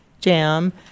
Jam